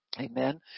Amen